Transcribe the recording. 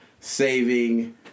saving